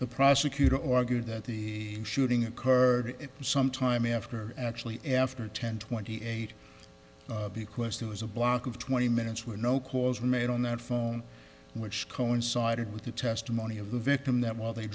the prosecutor or argue that the shooting occurred at some time after actually after ten twenty eight the question was a block of twenty minutes were no calls made on that phone which coincided with the testimony of the victim that while they